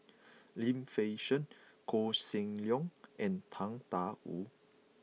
Lim Fei Shen Koh Seng Leong and Tang Da Wu